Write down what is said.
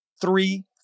Three